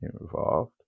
involved